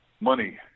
money